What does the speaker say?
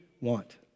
want